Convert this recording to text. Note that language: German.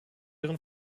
ihren